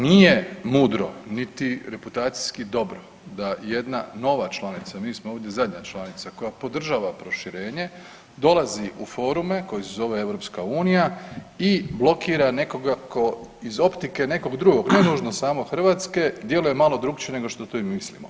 Nije mudro niti reputacijski dobro da jedna nova članica, a mi smo ovdje zadnja članica koja podržava proširenje, dolazi u forume koji se zovu EU i blokira nekoga tko iz optike nekog drugog, ne nužno samo Hrvatske, djeluje malo drukčije nego što to i mislimo.